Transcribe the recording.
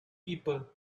people